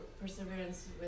perseverance